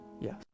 yes